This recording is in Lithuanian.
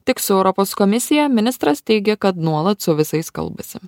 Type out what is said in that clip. tik su europos komisija ministras teigė kad nuolat su visais kalbasi